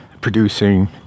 producing